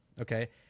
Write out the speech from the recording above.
okay